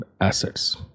assets